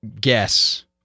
Guess